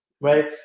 right